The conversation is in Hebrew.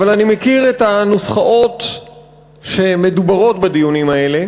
אבל אני מכיר את הנוסחאות שמדוברות בדיונים האלה,